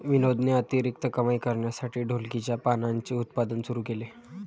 विनोदने अतिरिक्त कमाई करण्यासाठी ढोलकीच्या पानांचे उत्पादन सुरू केले